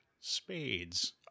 spades